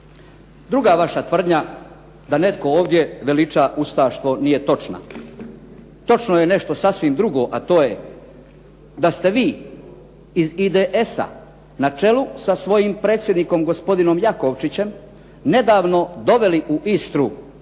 Druga vaša tvrdnja, da netko ovdje veliča ustaštvo, nije točna. Točno je nešto sasvim drugo, a to je da ste vi iz IDS-a na čelu sa svojim predsjednikom gospodinom Jakovčićem, nedavno doveli u Istru